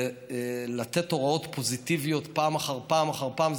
זה לתת הוראות פוזיטיביות פעם אחר פעם אחר פעם.